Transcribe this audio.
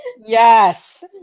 Yes